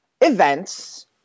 events